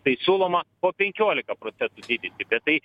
tai siūloma po penkiolika procentų didinti bet tai